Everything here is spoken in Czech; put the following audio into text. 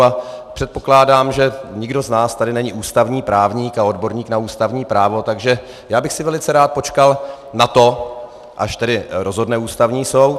A předpokládám, že nikdo z nás tady není ústavní právník a odborník na ústavní právo, takže já bych si velice rád počkal na to, až tedy rozhodne Ústavní soud.